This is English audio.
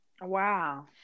Wow